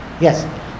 Yes